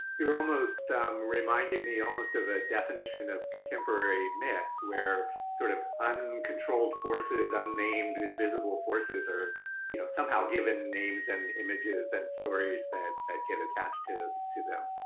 you're almost reminding me almost of a definition of contemporary myth, where sort of uncontrolled forces, unnamed invisible forces, or you know somehow given names and images and stories that get attached to to them.